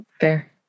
Fair